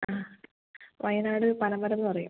വയനാട് പനംമരംന്ന് പറയും